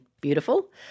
beautiful